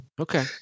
Okay